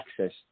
access